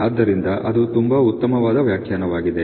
ಆದ್ದರಿಂದ ಅದು ತುಂಬಾ ಉತ್ತಮವಾದ ವ್ಯಾಖ್ಯಾನವಾಗಿದೆ